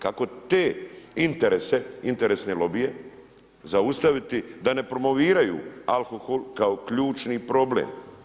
Kako te interese, interesne lobije zaustaviti da ne promoviraju alkohol kao ključni problem?